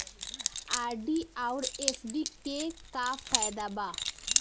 RD आउर FD के का फायदा बा?